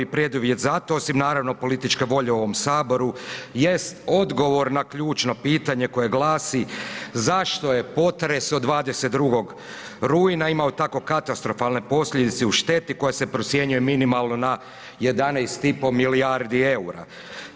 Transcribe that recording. Preduvjet za to osim naravno političke volje u ovom saboru jest odgovor na ključno pitanje koje glasi, zašto je potres od 22. rujna imao tako katastrofalne posljedice u šteti koja se procjenjuje minimalno na 11,5 milijardi EUR-a.